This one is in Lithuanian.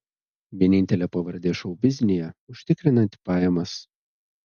vienintelė pavardė šou biznyje užtikrinanti pajamas